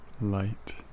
light